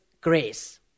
grace